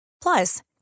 Plus